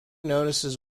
notices